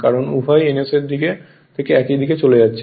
কারণ উভয়ই ns এর দিক থেকে একই দিকে চলে যাচ্ছে